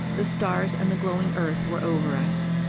the stars and the glowing earth were over us.